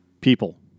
People